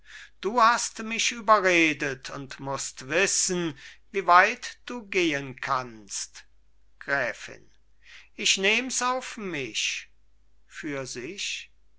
du hast mich überredet und mußt wissen wie weit du gehen kannst gräfin ich nehms auf mich für sich